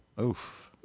Oof